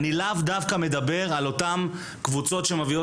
אני לאו דווקא מדבר על אותן קבוצות שמביאות